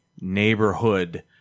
neighborhood